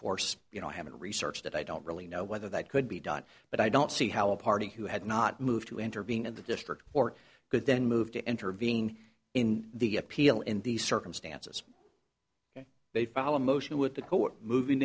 course you know i haven't researched it i don't really know whether that could be done but i don't see how a party who had not moved to intervene in the district or good then moved to intervening in the appeal in these circumstances they file a motion with the court mov